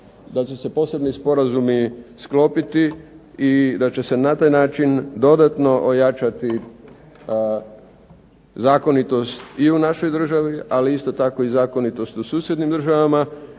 da će se posebni sporazumi sklopiti i da će se na taj način dodatno ojačati zakonitost u našoj državi, ali isto tako zakonitost u susjednim državama,